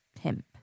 pimp